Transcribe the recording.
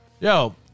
yo